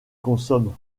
consomme